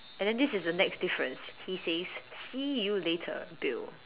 and then this is the next difference he says see you later Bill